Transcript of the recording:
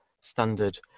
standard